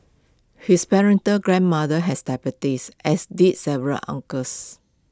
his grandmother has diabetes as did several uncles